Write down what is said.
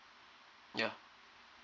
ya